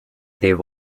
there